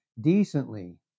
decently